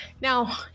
Now